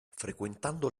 frequentando